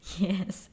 yes